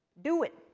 do it.